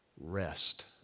rest